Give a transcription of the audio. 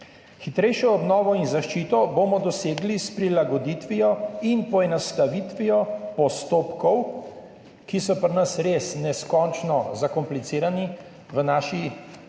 Hitrejšo obnovo in zaščito bomo dosegli s prilagoditvijo in poenostavitvijo postopkov, ki so pri nas res neskončno zakomplicirani v naši